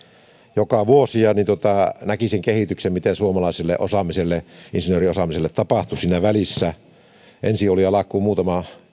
joka vuosi semmoisilla messuilla kuin cebit ja näki sen kehityksen mitä suomalaiselle insinööriosaamiselle tapahtui siinä välissä niin ensin oli alkuun ehkä muutama